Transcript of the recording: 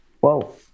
Whoa